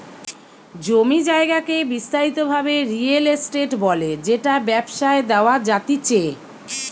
জমি জায়গাকে বিস্তারিত ভাবে রিয়েল এস্টেট বলে যেটা ব্যবসায় দেওয়া জাতিচে